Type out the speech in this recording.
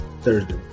Thursday